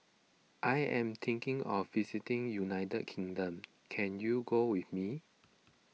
I am thinking of visiting United Kingdom can you go with me